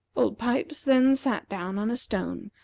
old pipes then sat down on a stone,